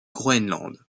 groenland